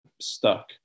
stuck